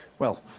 well,